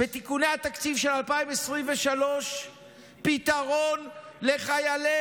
בתיקוני התקציב של 2023 פתרון לחיילי